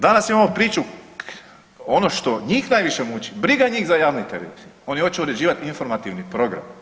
Danas imamo priču ono što njih najviše muči, briga njih za javnu televiziju, oni hoće uređivati informativni program.